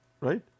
Right